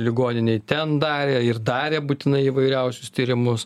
ligoninėj ten darė ir darė būtinai įvairiausius tyrimus